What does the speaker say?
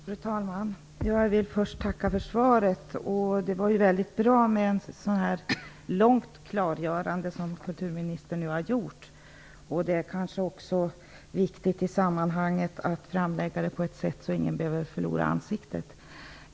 Fru talman! Jag vill först tacka för svaret. Det var väldigt bra med ett sådant långt klargörande som kulturministern nu har gjort. Det är kanske också viktigt att framlägga detta på ett sätt så att ingen behöver förlora ansiktet.